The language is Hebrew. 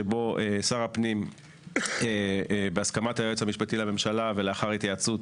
שבו שר הפנים בהסכמת היועץ המשפטי לממשלה ולאחר התייעצות